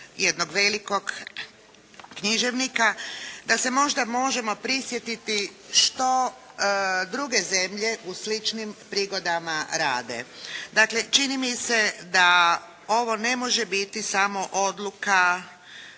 jednog velikog književnika da se možda možemo prisjetiti što druge zemlje u sličnim prigodama rade. Dakle čini mi se da ovo ne može biti samo odluka